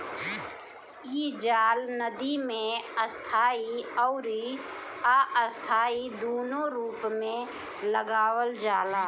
इ जाल नदी में स्थाई अउरी अस्थाई दूनो रूप में लगावल जाला